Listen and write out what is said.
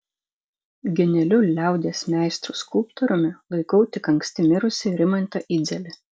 genialiu liaudies meistru skulptoriumi laikau tik anksti mirusį rimantą idzelį